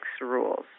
rules